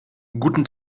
guten